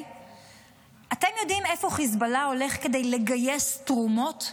אתם יודעים איפה חיזבאללה הולך כדי לגייס תרומות,